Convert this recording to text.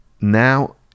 now